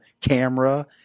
camera